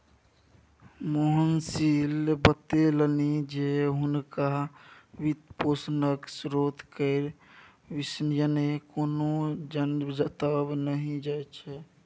मोहनीश बतेलनि जे हुनका वित्तपोषणक स्रोत केर विषयमे कोनो जनतब नहि छै